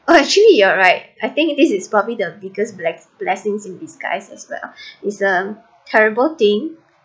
oh actually you're right I think this is probably the biggest bless~ blessings in disguise as well is a terrible thing